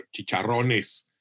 chicharrones